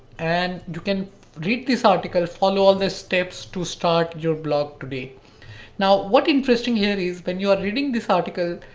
and you can read this article, follow all the steps to start your blog today. now what interesting here is when you are reading this article,